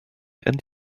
and